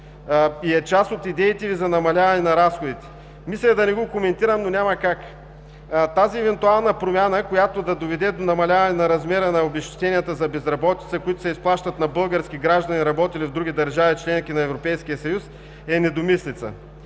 и е част от идеите Ви за намаляване на разходите. Мислех да не го коментирам, но няма как. Тази евентуална промяна, която да доведе до намаляване на размера на обезщетенията за безработица, които се изплащат на български граждани, работили в други държави – членки на Европейския съюз, е недомислица.